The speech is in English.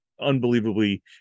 unbelievably